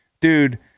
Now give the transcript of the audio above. Dude